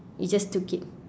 you just took it